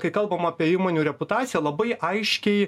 kai kalbam apie įmonių reputaciją labai aiškiai